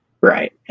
Right